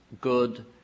good